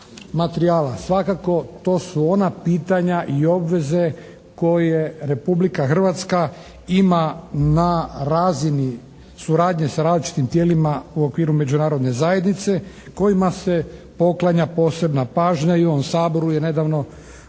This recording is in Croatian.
Svakako to su ona pitanja i obveze koje Republika Hrvatska ima na razini suradnje sa različitim tijelima u okviru Međunarodne zajednice kojima se poklanja posebna pažnja. I u ovom Saboru je nedavno govoreno